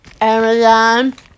Amazon